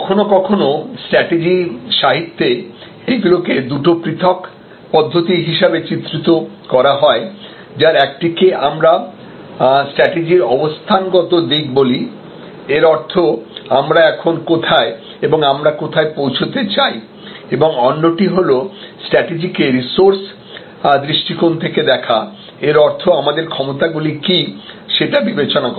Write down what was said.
কখনও কখনও স্ট্র্যাটেজি সাহিত্যে এগুলিকে দুটি পৃথক পদ্ধতি হিসাবে চিত্রিত করা হয় যার একটিকে আমরা স্ট্র্যাটেজির অবস্থান গত দিক বলি এর অর্থ আমরা এখন কোথায় এবং আমরা কোথায় পৌঁছাতে চাই এবং অন্যটি হল স্ট্র্যাটেজিকে রিসোর্স দৃষ্টিকোণ থেকে দেখা এর অর্থ আমাদের ক্ষমতাগুলি কী সেটা বিবেচনা করা